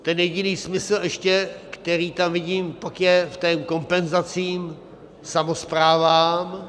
Ten jediný smysl ještě, který tam vidím, pak je v té kompenzaci samosprávám.